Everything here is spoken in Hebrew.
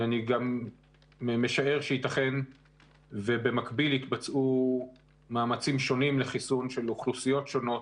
אני משער שיתכן ובמקביל יתבצעו מאמצים שונים לחיסון של אוכלוסיות שונות